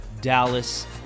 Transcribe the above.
Dallas